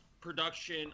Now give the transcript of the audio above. production